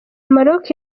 maroc